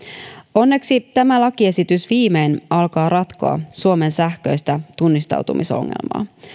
onneksi tämä lakiesitys viimein alkaa ratkoa suomen sähköisen tunnistautumisen ongelmaa